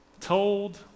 told